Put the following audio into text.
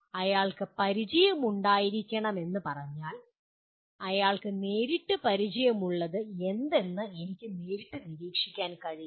അയാൾക്ക് പരിചയമുണ്ടായിരിക്കണമെന്ന് പറഞ്ഞാൽ അയാൾക്ക് നേരിട്ട് പരിചയമുള്ളത് എന്തെന്ന് എനിക്ക് നേരിട്ട് നിരീക്ഷിക്കാൻ കഴിയില്ല